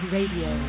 Radio